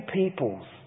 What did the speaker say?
peoples